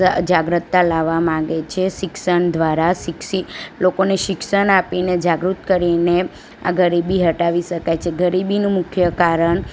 જાગૃતતા લાવવા માગે છે શિક્ષણ દ્વારા શિક્ષી લોકોને શિક્ષણ આપીને જાગૃત કરીને આ ગરીબી હટાવી શકાય છે ગરીબીનું મુખ્ય કારણ